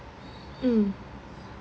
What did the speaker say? mm